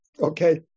Okay